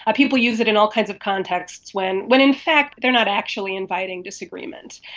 ah people use it in all kinds of contexts, when when in fact they are not actually inviting disagreement.